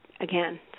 again